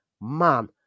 man